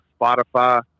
Spotify